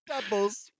Doubles